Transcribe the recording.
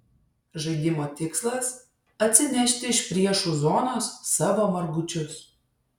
žaidimo tikslas atsinešti iš priešų zonos savo margučius